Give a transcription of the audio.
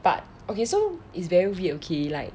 but okay so it's very weird okay like